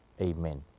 amen